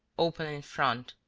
open in front,